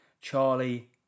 Charlie